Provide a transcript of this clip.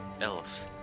elves